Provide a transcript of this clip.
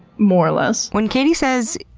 more or less. when katie says,